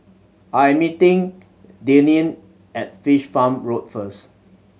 I am meeting Deneen at Fish Farm Road first